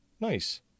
Nice